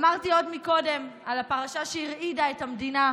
אמרתי עוד קודם על הפרשה שהרעידה את המדינה,